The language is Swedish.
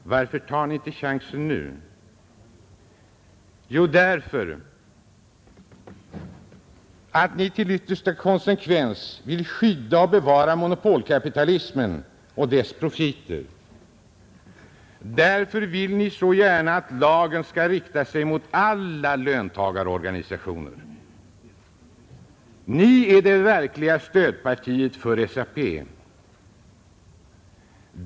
Varför tar ni inte chansen nu? Därför att ni till yttersta konsekvens vill skydda och bevara monopolkapitalismen och dess profiter. Därför vill ni så gärna att lagen skall rikta sig mot alla löntagarorganisationer. Ni är de verkliga stödpartierna för SAP.